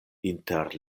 inter